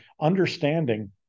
understanding